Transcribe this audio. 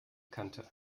kante